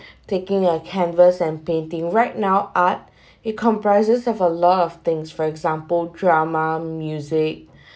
taking a canvas and painting right now art it comprises of a lot of things for example drama music